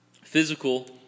Physical